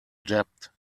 debt